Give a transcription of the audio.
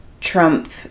Trump